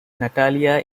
natalia